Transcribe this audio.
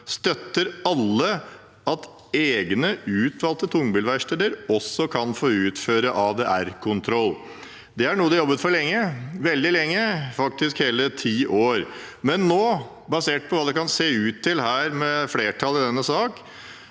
støtter alle at egne utvalgte tungbilverksteder også kan få utføre ADR-kontroll. Det er noe de har jobbet for lenge – veldig lenge, faktisk hele ti år. Men basert på hva det kan se ut til her nå, med flertall i denne sak